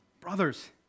Brothers